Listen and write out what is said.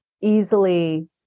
easily